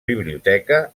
biblioteca